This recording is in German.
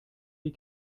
die